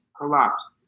collapsed